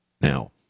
Now